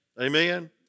Amen